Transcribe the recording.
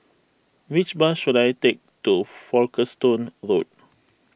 which bus should I take to Folkestone Road